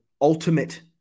ultimate